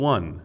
One